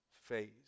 phase